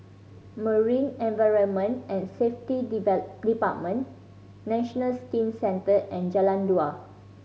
Marine Environment and Safety Department National Skin Centre and Jalan Dua